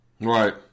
Right